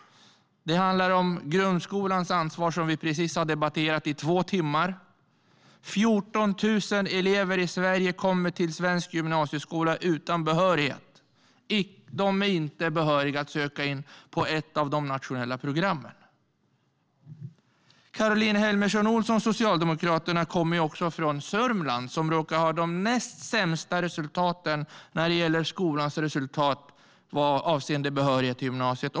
Det handlar om grundskolans ansvar, som vi precis har debatterat i två timmar. 14 000 elever i Sverige kommer till svensk gymnasieskola utan behörighet. De är inte behöriga att söka in på ett av de nationella programmen. Caroline Helmersson Olsson, Socialdemokraterna, kommer från Södermanland, som råkar ha de näst sämsta resultaten när det gäller behörighet till gymnasiet.